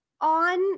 on